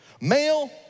male